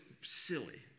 silly